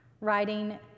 writing